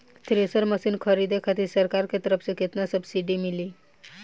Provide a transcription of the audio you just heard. Thresher machine खरीदे खातिर सरकार के तरफ से केतना सब्सीडी मिली?